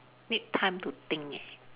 need time to think eh